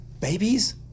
babies